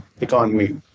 economy